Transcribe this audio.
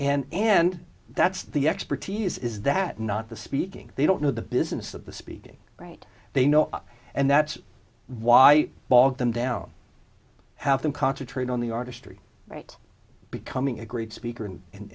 and and that's the expertise is that not the speaking they don't know the business of the speaking right they know and that's why bog them down have them concentrate on the artistry right becoming a great speaker and